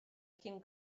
cyn